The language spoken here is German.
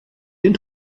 den